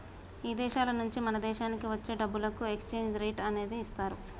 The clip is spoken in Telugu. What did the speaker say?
ఇదేశాల నుంచి మన దేశానికి వచ్చే డబ్బులకు ఎక్స్చేంజ్ రేట్ అనేది ఇదిస్తారు